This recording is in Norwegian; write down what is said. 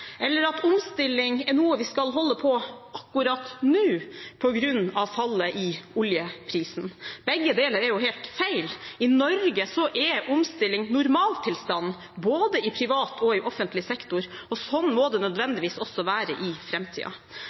eller at omstilling er noe vi skal holde på med akkurat nå, på grunn av fallet i oljeprisen. Begge deler er helt feil. I Norge er omstilling normaltilstanden, både i privat og i offentlig sektor. Slik må det nødvendigvis også være i